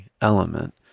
element